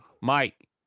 Mike